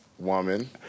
Woman